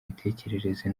mitekerereze